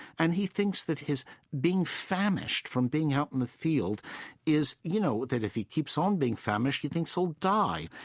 and he thinks that his being famished from being out in the field is, you know, that if he keeps on being famished, he thinks he'll so die.